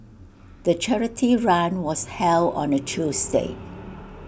the charity run was held on A Tuesday